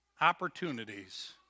opportunities